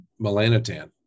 melanotan